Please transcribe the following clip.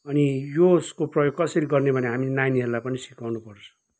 अनि यसको प्रयोग कसरी गर्ने भने हामीले नानीहरूलाई पनि सिकाउनुपर्छ